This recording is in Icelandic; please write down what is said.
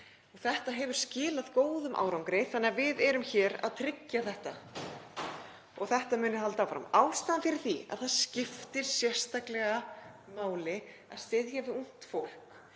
Það hefur skilað góðum árangri þannig að við erum hér að tryggja að þetta muni halda áfram. Ástæðan fyrir því að það skiptir sérstaklega máli að styðja við ungt fólk